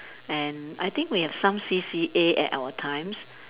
and I think we have some C_C_A at our times